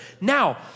Now